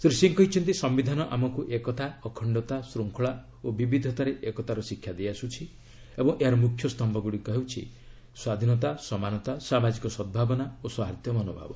ଶ୍ରୀ ସିଂହ କହିଛନ୍ତି ସମ୍ଭିଧାନ ଆମକୁ ଏକତା ଅଖଣ୍ଡତା ଶୃଙ୍ଖଳା ଓ ବିବିଧତାରେ ଏକତାର ଶିକ୍ଷା ଦେଇଆସୁଛି ଏବଂ ଏହାର ମୁଖ୍ୟ ସ୍ତମ୍ଭଗୁଡ଼ିକ ହେଉଛି ସ୍ୱାଧୀନତା ସମାନତା ସାମାଜିକ ସଦ୍ଭାବନା ଓ ସୌହାର୍ଦ୍ଧ୍ୟ ମନୋଭାବ